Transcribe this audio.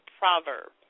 proverb